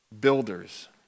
builders